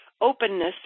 openness